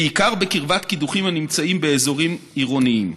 בעיקר בקרבת קידוחים הנמצאים באזורים עירוניים.